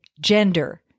gender